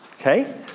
Okay